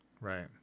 right